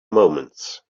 moments